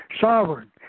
sovereign